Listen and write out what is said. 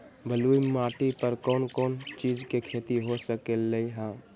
बलुई माटी पर कोन कोन चीज के खेती हो सकलई ह?